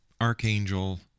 Archangel